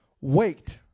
Wait